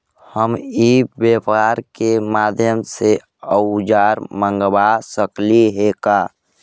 हम ई व्यापार के माध्यम से औजर मँगवा सकली हे का?